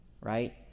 right